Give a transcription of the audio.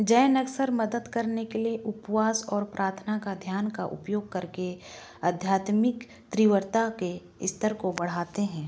जैन अक्सर मदद करने के लिए उपवास और प्रार्थना का ध्यान का उपयोग करके आध्यात्मिक तीव्रता के स्तर को बढ़ाते हैं